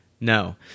no